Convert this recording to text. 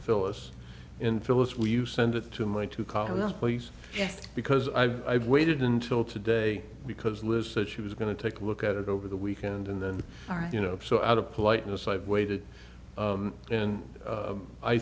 fill us in phyllis will you send it to my to call this place because i've waited until today because liz said she was going to take a look at it over the weekend and then you know so out of politeness i've waited and